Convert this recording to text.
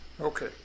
Okay